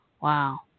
Wow